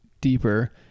deeper